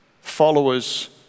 followers